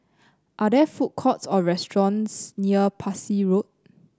are there food courts or restaurants near Parsi Road